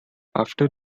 after